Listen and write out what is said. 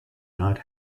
not